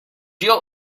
you